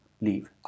leave